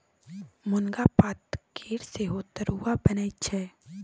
मुनगा पातकेर सेहो तरुआ बनैत छै